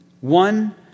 One